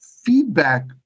feedback